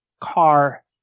car